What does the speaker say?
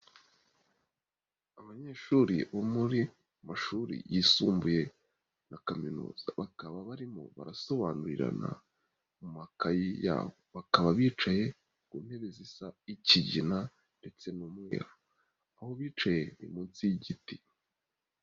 Abanyeshuri bo mu mashuri yisumbuye na kaminuza bakaba barimo barasobanurirana mu makayi yabo, bakaba bicaye ku ntebe zisa ikigina ndetse n'umweru, aho bicaye ni munsi y'igiti.